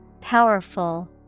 Powerful